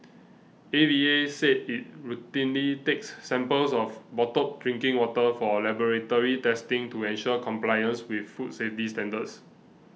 A V A said it routinely takes samples of bottled drinking water for laboratory testing to ensure compliance with food safety standards